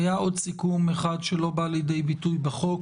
היה עוד סיכום אחד שלא בא לידי ביטוי בחוק,